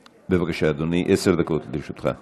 בבקשה, אדוני, עשר דקות לרשותך.